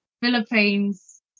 Philippines